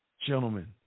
Gentlemen